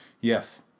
Yes